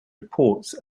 reports